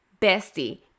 bestie